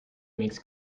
makes